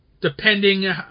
depending